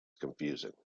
confusing